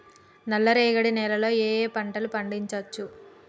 నల్లరేగడి నేల లో ఏ ఏ పంట లు పండించచ్చు?